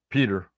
Peter